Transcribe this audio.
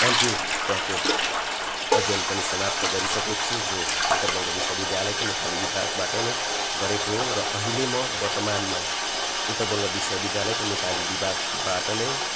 MPhil तहको अध्ययन पनि समाप्त गरिसकेको छु जो उत्तर बङ्ग विश्वविद्यालयको नेपाली विभागबाट नै गरेको हो र अहिले म वर्तमानमा उत्तर बङ्ग विश्वविद्यालयको नेपाली विभागबाट नै